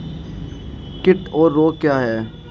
कीट और रोग क्या हैं?